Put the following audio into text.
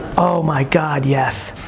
oh my god, yes.